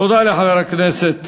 תודה לחבר הכנסת